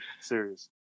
serious